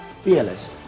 fearless